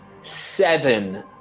Seven